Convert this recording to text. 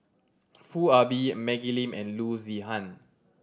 Foo Ah Bee Maggie Lim and Loo Zihan